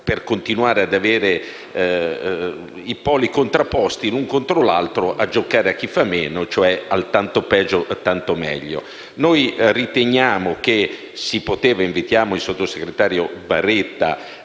e continuare ad avere i poli contrapposti, uno contro l'altro, a giocare a chi fa meno, cioè al tanto peggio tanto meglio. Noi riteniamo - e invitiamo il sottosegretario Baretta